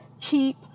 keep